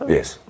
Yes